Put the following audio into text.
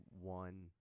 one